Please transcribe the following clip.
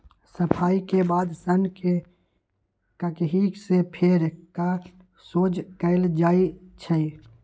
सफाई के बाद सन्न के ककहि से फेर कऽ सोझ कएल जाइ छइ